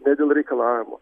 ne dėl reikalavimo